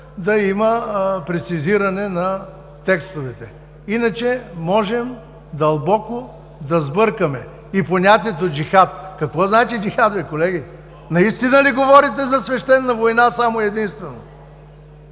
да има прецизиране на текстовете. Иначе можем дълбоко да сбъркаме. И понятието „джихад“. Какво значи джихад, бе колеги? Наистина ли говорите само и единствено